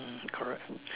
hmm correct